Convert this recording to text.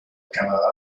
canadá